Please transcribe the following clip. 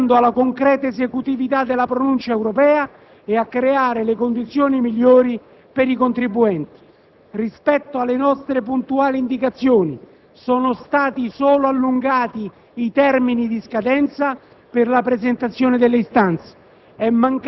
guardando alla concreta esecutività della pronuncia europea e alla creazione delle condizioni migliori per i contribuenti. Rispetto alle nostre puntuali indicazioni sono stati solo allungati i termini di scadenza per la presentazione delle istanze.